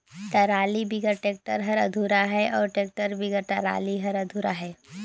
trolley बिगर tractor हर अधुरा अहे अउ टेक्टर बिगर टराली हर अधुरा अहे